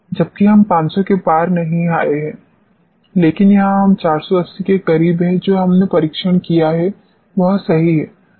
जबकि हम 500 के पार नहीं आए हैं लेकिन यहां हम 480 के करीब हैं जो हमने परीक्षण किया है वह सही है